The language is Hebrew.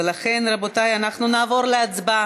ולכן, רבותי, אנחנו נעבור להצבעה.